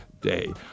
day